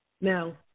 Now